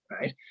Right